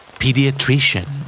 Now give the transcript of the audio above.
pediatrician